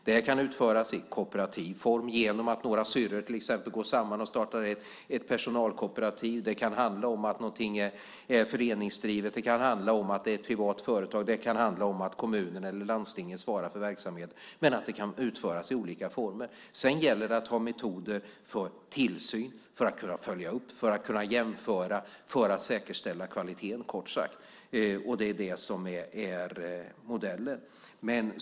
Det kan utföras i kooperativ form genom att till exempel några sjuksköterskor går samman och startar ett personalkooperativ. Det kan handla om att någonting är föreningsdrivet. Det kan handla om att det är ett privat företag. Det kan handla om att kommunen eller landstinget svarar för verksamhet. Men det kan utföras i olika former. Sedan gäller det att ha metoder för tillsyn, för att kunna följa upp, för att kunna jämföra, kort sagt för att säkerställa kvaliteten. Det är det som är modellen.